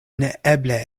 neeble